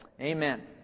Amen